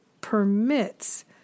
permits